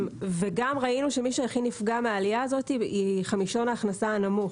ראינו שמי שהכי נפגע מהעלייה הזאת זה חמישון ההכנסה הנמוך,